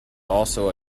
also